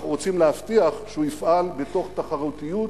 אנחנו רוצים להבטיח שהוא יפעל מתוך תחרותיות,